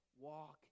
Walk